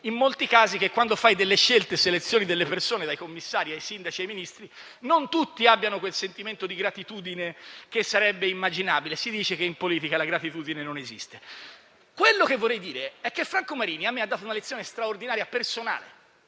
in molti casi, che quando si fanno delle scelte e si selezionano delle persone, dai commissari ai Ministri, non tutti abbiano quel sentimento di gratitudine che sarebbe immaginabile; si dice che in politica la gratitudine non esista. Vorrei però evidenziare che Franco Marini mi ha dato una lezione straordinaria personale,